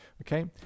okay